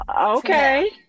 Okay